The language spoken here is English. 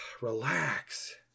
relax